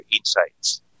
insights